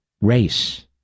race